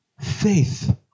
faith